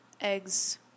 eggs